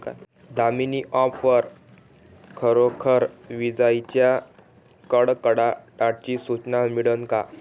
Damini app वर खरोखर विजाइच्या कडकडाटाची सूचना मिळन का?